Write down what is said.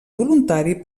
voluntari